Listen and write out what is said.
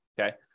Okay